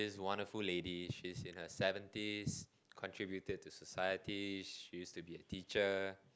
she's a wonderful lady she's in her seventies contributed to society she's to be a teacher